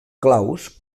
claus